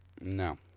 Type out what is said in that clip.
No